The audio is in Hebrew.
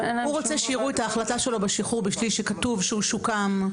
הוא רוצה שיראו את ההחלטה שלו בשחרור בשליש שם כתוב שהוא שוקם.